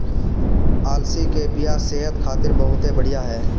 अलसी के बिया सेहत खातिर बहुते बढ़िया ह